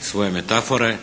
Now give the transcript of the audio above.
svoje metafore,